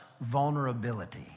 vulnerability